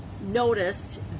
noticed